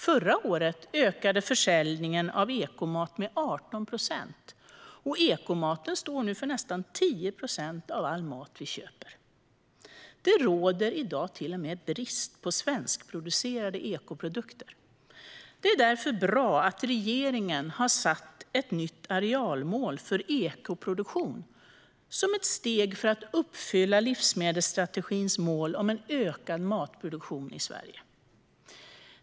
Förra året ökade försäljningen av ekomat med 18 procent, och ekomaten står nu för nästan 10 procent av all mat vi köper. Det råder i dag till och med brist på svenskproducerade ekoprodukter. Det är därför bra att regeringen har satt ett nytt arealmål för ekoproduktion som ett steg för att uppfylla livsmedelsstrategins mål om en ökad matproduktion i Sverige.